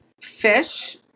fish